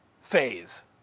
phase